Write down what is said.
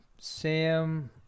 Sam